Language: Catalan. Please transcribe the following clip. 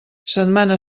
setmana